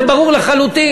וזה ברור לחלוטין.